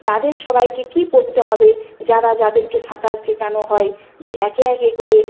তাদের সবাইকে কী করতে হবে যারা যাদেরকে সাঁতার শেখানো হয় যে একে একে করে